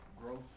growth